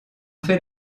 fait